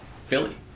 Philly